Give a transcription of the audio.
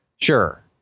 sure